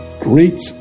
great